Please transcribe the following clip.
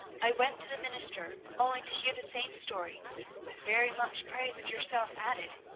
i went to the minister, only to hear the same story with very much praise of yourself added.